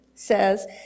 says